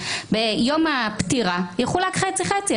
ביום הפטירה יחולק חצי-חצי.